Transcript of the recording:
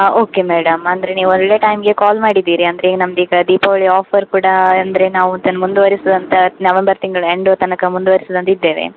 okay madam ಅಂದರೆ ನೀವು ಒಳ್ಳೆಯ ಟೈಮ್ಗೆ ಕಾಲ್ ಮಾಡಿದೀರಿ ಅಂದರೆ ನಮ್ದು ಈಗ ದೀಪಾವಳಿ ಆಫರ್ ಕೂಡ ಅಂದರೆ ನಾವು ಅದನ್ನ ಮುಂದುವರಿಸುವಂತ ನವಂಬರ್ ತಿಂಗಳ ಎಂಡ್ ತನಕ ಮುಂದುವರಿಸುದು ಅಂತ ಇದ್ದೇವೆ